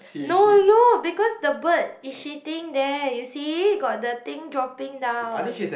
no look because the bird is shitting there you see got the thing dropping down